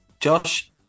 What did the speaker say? Josh